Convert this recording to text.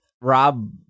Rob